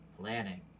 Planning